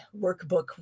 workbook